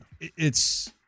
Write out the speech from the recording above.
it's-